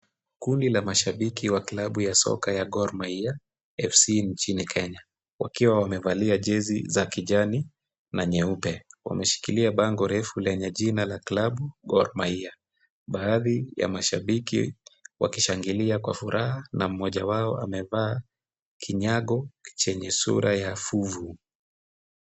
Kundi la mashabiki wa klabu ya soka ya Gor Mahia FC inchini Kenya wakiwa wamevalia jezi za kijani na nyeupe, wameshikilia bango refu lenye jina la klabu Gor Mahia, baadhi ya mashabiki wakishangilia kwa furaha na mmoja wao amevaa kinyago chenye sura ya fuvu.